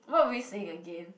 what were we saying again